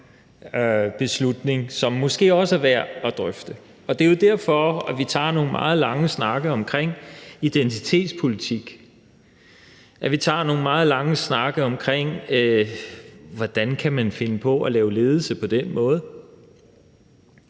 beslutning, som måske også er værd at drøfte. Det er jo derfor, vi tager nogle meget lange snakke om identitetspolitik, at vi tager nogle meget lange snakke om, hvordan man kan finde på at lave ledelse på den måde.